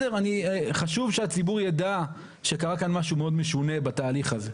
חשוב שהציבור יידע שקרה כאן משהו מאוד משונה בתהליך הזה.